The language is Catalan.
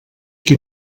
qui